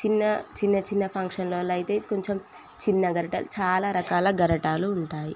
చిన్న చిన్న చిన్న ఫంక్షన్లల్లో అయితే కొంచెం చిన్న గరిటెలు చాలా రకాల గరిటెలు ఉంటాయి